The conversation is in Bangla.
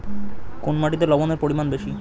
কোন মাটিতে লবণের পরিমাণ বেশি?